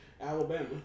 Alabama